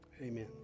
Amen